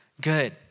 good